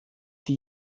die